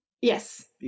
Yes